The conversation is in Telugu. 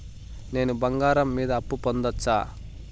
నేను బంగారం మీద అప్పు పొందొచ్చా?